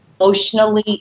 emotionally